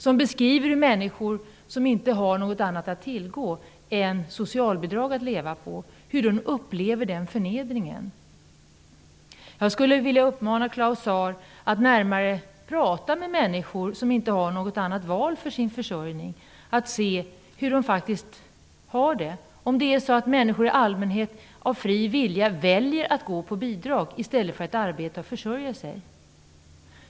Den beskriver hur männniskor som inte har något annat än socialbidrag att leva på upplever den förnedringen. Jag skulle vilja uppmana Claus Zaar att närmare prata med de människor som inte har något annat val för sin försörjning, detta för att se hur de faktiskt har det och för att se om människor i allmänhet av fri vilja väljer att leva på bidrag i stället för att arbeta och försörja sig.